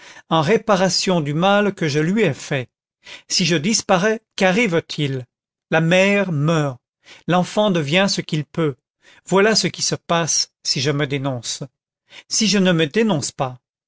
en réparation du mal que je lui ai fait si je disparais qu'arrive-t-il la mère meurt l'enfant devient ce qu'il peut voilà ce qui se passe si je me dénonce si je ne me dénonce pas